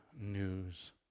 news